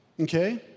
Okay